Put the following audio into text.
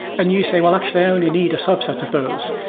and you say, well, actually, i only need a subset of those.